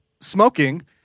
smoking